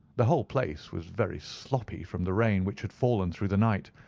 the whole place was very sloppy from the rain which had fallen through the night.